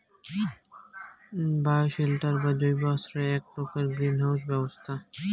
bioshelter বা জৈব আশ্রয় এ্যাক প্রকার গ্রীন হাউস ব্যবস্থা